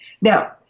Now